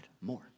more